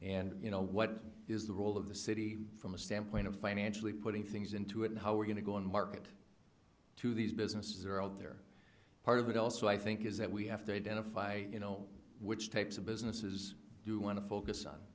and you know what is the role of the city from the standpoint of financially putting things into it and how we're going to go and market to these businesses are all there part of it also i think is that we have to identify you know which types of businesses do want to focus on